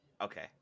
okay